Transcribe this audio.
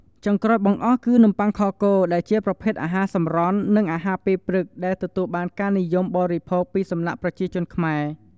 ចុងក្រោយបង្អស់គឺនំប័ុងខគោដែលជាប្រភេទអាហារសម្រន់ និងអាហារពេលព្រឹកដែលទទួលបានការនិយមបរិភោគពីសំណាក់ប្រជាជនខ្មែរ។